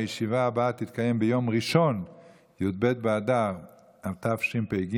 הישיבה הבאה תתקיים ביום ראשון י"ב באדר התשפ"ג,